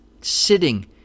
sitting